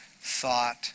thought